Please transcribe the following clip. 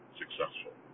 successful